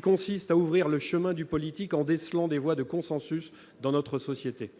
consistant à ouvrir le chemin du politique en décelant des voies de consensus dans la société.